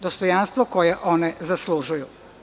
Dostojanstvo koje one zaslužuju.